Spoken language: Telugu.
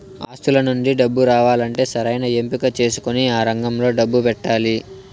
ఆస్తుల నుండి డబ్బు రావాలంటే సరైన ఎంపిక చేసుకొని ఆ రంగంలో డబ్బు పెట్టాలి